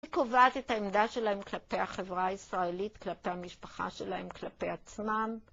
היא קובעת את העמדה שלהם כלפי החברה הישראלית, כלפי המשפחה שלהם, כלפי עצמם.